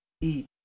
eat